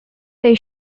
they